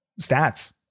stats